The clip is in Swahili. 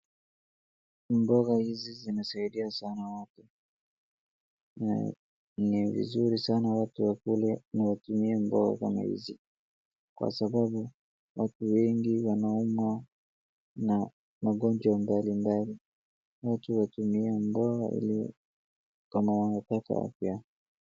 Mboga hizi zinasaidia sana watu, na ni vizuri sana watu wakule na watumie mboga kama hizi. Kwa sababu watu wengi wanaona na magonjwa mbali mbali. Watu watumie mboga ili kuboresha afya.